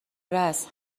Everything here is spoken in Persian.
رآس